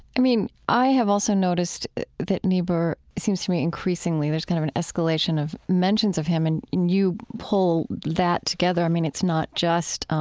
i mean, i have also noticed that niebuhr, it seems to me, increasingly, there's kind of an escalation of mentions of him. and you pull that together, i mean, it's not just